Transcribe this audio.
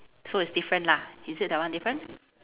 so it's different lah is it that one different